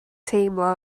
teimlo